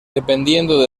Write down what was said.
dependiendo